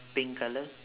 pink colour